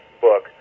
book